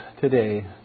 today